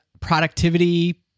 productivity